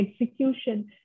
execution